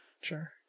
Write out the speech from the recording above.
Sure